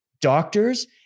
doctors